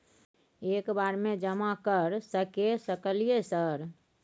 एक बार में जमा कर सके सकलियै सर?